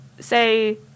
Say